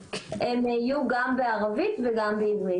והלאה יהיו גם בערבית וגם בעברית.